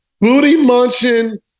booty-munching